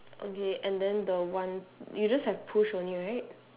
okay and then the one you just have push only right